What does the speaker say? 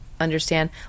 understand